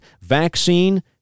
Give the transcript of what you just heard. vaccine